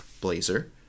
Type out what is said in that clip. blazer